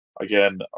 Again